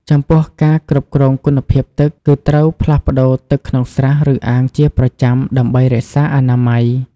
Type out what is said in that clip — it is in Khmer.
ចំពោះការគ្រប់គ្រងគុណភាពទឹក គឺត្រូវផ្លាស់ប្ដូរទឹកក្នុងស្រះ ឬអាងជាប្រចាំ ដើម្បីរក្សាអនាម័យ។